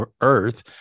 Earth